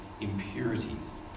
impurities